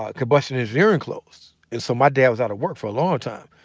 ah combustion engineering closed, and so my dad was out of work for a long time,